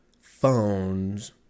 phones